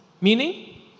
meaning